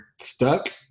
stuck